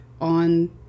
on